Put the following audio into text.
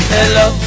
Hello